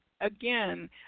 again